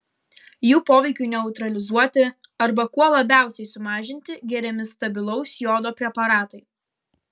jų poveikiui neutralizuoti arba kuo labiausiai sumažinti geriami stabilaus jodo preparatai